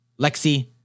Lexi